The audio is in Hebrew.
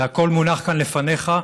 זה הכול מונח כאן לפניך,